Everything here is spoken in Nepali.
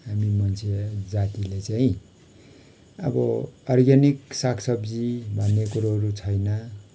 हामी मान्छे जातीले चाहिँ अब अर्ग्यानिक साग सब्जी भन्ने कुरोहरू छैन